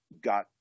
got